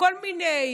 כל מיני,